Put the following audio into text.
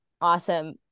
Awesome